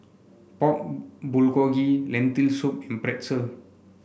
Pork Bulgogi Lentil Soup and Pretzel